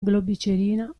globicerina